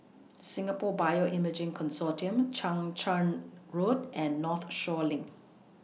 Singapore Bioimaging Consortium Chang Charn Road and Northshore LINK